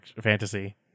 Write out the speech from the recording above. fantasy